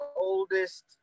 oldest